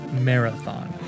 marathon